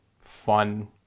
fun